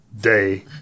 day